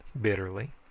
bitterly